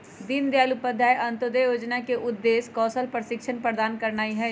दीनदयाल उपाध्याय अंत्योदय जोजना के उद्देश्य कौशल प्रशिक्षण प्रदान करनाइ हइ